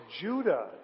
Judah